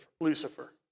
Lucifer